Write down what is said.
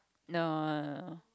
no